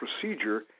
procedure